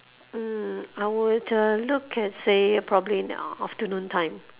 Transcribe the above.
mm I would uh look at say probably in the afternoon time